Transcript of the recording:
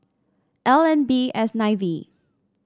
L N B S nine V